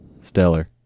Stellar